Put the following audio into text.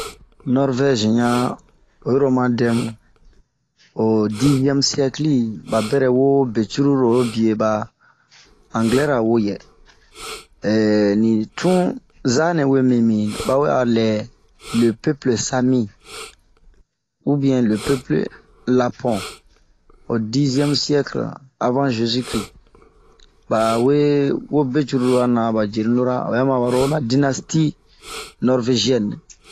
Nɔrvɛzi ɲanh ,oyi lo oma dɛmu, ho diziɛmu siɛkili ,ba berɛ wo be cururu, oro bie ba angilɛra woyɛɛ. ɛɛhh ni tunza nɛwo minbinmu bawe a lɛɛ ,le pepile sami, ubiɛn le pepile samo ho diziɛm siɛkileh avan Zezi kiri. Ba we wo becururu ana ba yenu lora, oba ma aba lo la dinasitiye nɔrveziɛne.